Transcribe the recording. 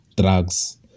drugs